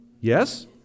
Yes